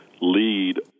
lead